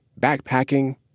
backpacking